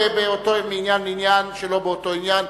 מעניין לעניין שלא באותו עניין,